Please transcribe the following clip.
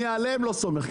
אני עליהם לא סומך.